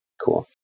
Cool